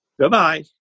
Goodbye